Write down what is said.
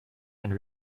and